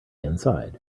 inside